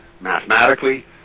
mathematically